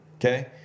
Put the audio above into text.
Okay